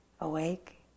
awake